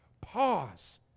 pause